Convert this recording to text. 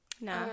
No